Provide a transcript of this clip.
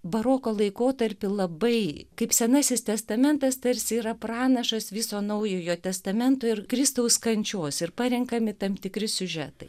baroko laikotarpiu labai kaip senasis testamentas tarsi yra pranašas viso naujojo testamento ir kristaus kančios ir parenkami tam tikri siužetai